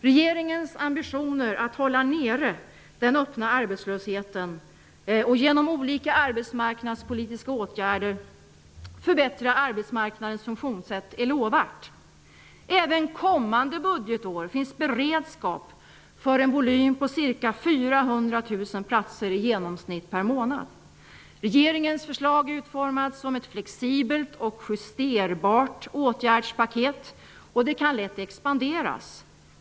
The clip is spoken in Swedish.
Regeringens ambitioner att hålla nere den öppna arbetslösheten och genom olika arbetsmarknadspolitiska åtgärder förbättra arbetsmarknadens funktionssätt är lovvärt. Även kommande budgetår finns beredskap för en volym på i genomsnitt ca 400 000 platser per månad. Regeringens förslag är utformat som ett flexibelt och justerbart åtgärdspaket, och det kan lätt expanderas.